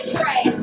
pray